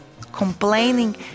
complaining